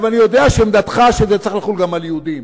אני יודע שעמדתך היא שזה צריך לחול גם על יהודים,